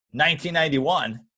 1991